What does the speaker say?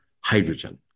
hydrogen